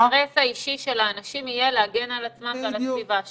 --- באינטרס האישי של אנשים יהיה להגן על עצמם ועל הסביבה שלהם.